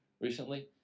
recently